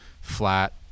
flat